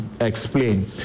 explain